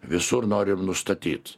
visur norim nustatyt